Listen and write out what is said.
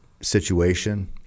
situation